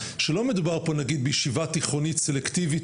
שלא מדובר פה נגיד בישיבה תיכונית סלקטיבית